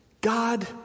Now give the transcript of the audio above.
God